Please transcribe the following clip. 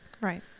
Right